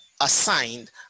assigned